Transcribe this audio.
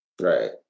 right